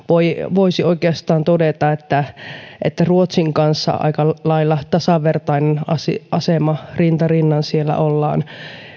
voisi oikeastaan todeta että meillä on ruotsin kanssa aika lailla tasavertainen asema rinta rinnan siellä ollaan